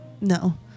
no